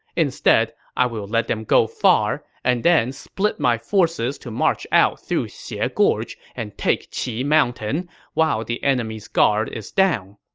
instead, i will let them go far, and then split my forces to march out through xie ah gorge and take qi mountain while the enemy's guard is down.